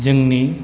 जोंनि